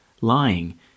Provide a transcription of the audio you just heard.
lying